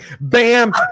Bam